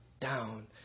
down